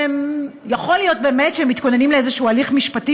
יכול להיות באמת שהם מתכוננים לאיזשהו הליך משפטי,